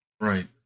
Right